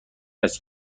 است